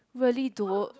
really don't